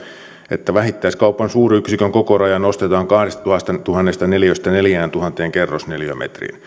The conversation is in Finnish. että vähittäiskaupan suuryksikön kokoraja nostetaan kahdestatuhannesta neliöstä neljääntuhanteen kerrosneliömetriin tämä